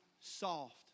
soft